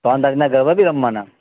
ત્રણ તાળીના ગરબા બી રમવાના